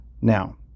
Now